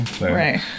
Right